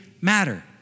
matter